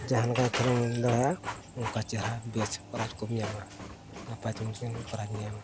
ᱡᱟᱦᱟᱸ ᱞᱮᱠᱟ ᱠᱷᱮᱞᱳᱰ ᱫᱟᱲᱮᱭᱟᱜᱼᱟ ᱚᱱᱠᱟ ᱪᱮᱨᱦᱟ ᱵᱮᱥ ᱯᱨᱟᱭᱤᱡᱽ ᱠᱚᱢ ᱧᱟᱢᱟ ᱱᱟᱯᱟᱭ ᱛᱮ ᱯᱨᱟᱭᱤᱡᱽ ᱠᱚᱢ ᱧᱟᱢᱟ